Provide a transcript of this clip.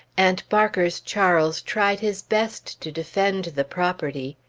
aunt barker's charles tried his best to defend the property.